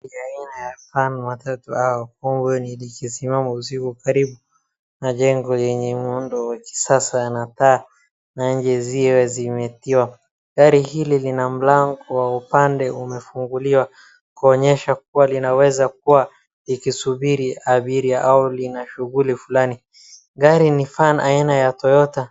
Picha ya aina ya van matatu au wagon likisimama usiku karibu na jengo lenye muundo wa kisasa na taa na njeziwe zimetiwa. Gari hili lina mlango wa upande umefunguliwa kuonyesha kuwa linaweza kuwa likisubiri abiria au lina shughuli fulani. Gari ni van aina ya Toyota .